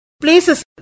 places